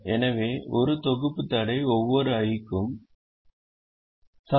எனவே ஒரு தொகுப்பு தடை ஒவ்வொரு i க்கும் ΣX ij 1